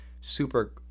super